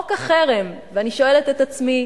חוק החרם, ואני שואלת את עצמי: